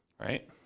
Right